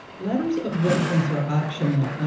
letters of reference are optional.